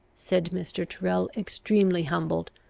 said mr. tyrrel, extremely humbled,